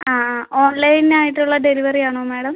ആ ആ ഓൺലൈൻ ആയിട്ടുള്ള ഡെലിവറി ആണോ മേഡം